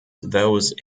those